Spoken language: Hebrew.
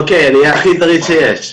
אוקיי, אני אהיה הכי זריז שיש.